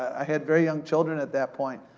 i had very young children at that point.